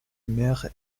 mer